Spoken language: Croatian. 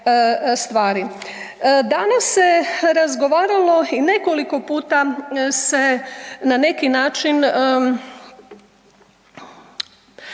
Danas se razgovaralo i nekoliko puta se na neki način,